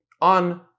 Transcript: on